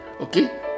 Okay